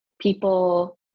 people